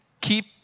keep